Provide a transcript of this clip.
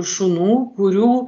šunų kurių